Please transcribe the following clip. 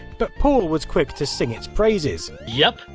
but paul was quick to sing it's praises. yep,